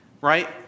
Right